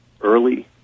early